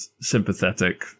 sympathetic